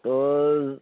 তোৰ